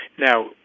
now